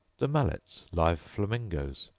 the mallets live flamingoes,